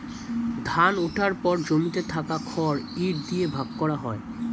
ধান ওঠার পর জমিতে থাকা খড় ইট দিয়ে ভাগ করা হয়